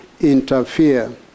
interfere